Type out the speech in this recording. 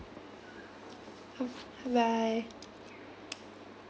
b~ bye bye